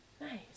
Nice